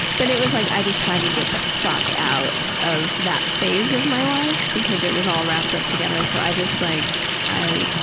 but it was like i just had to get the fuck out of that phase of my life because it was all wrapped up together. so i just like